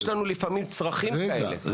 יש לנו לפעמים צרכים כאלה.